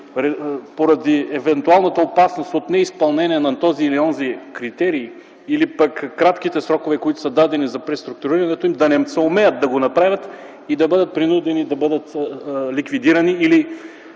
поради евентуалната опасност от неизпълнение на този или онзи критерий, или пък кратките срокове, които са дадени за преструктурирането им, да не съумеят да го направят и да бъдат принудени да бъдат ликвидирани или